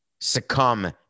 succumb